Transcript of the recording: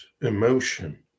emotion